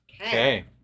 Okay